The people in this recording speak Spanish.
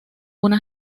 una